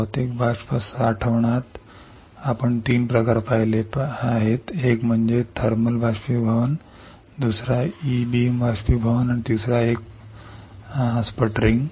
भौतिक वाष्प साठवणात आपण तीन प्रकार पाहिले आहेत एक म्हणजे थर्मल बाष्पीभवन दुसरा ई बीम बाष्पीभवन आणि तिसरा एक स्पटरिंग